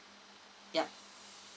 yup